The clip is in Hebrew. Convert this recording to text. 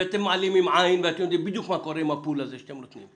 אתם מעלימים עין ואתם יודעים בדיוק מה קורה עם הפול הזה שאתם נותנים.